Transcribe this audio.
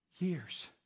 years